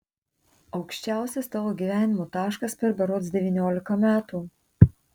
aukščiausias tavo gyvenimo taškas per berods devyniolika metų